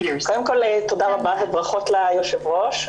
קודם כל תודה רבה וברכות ליושב ראש.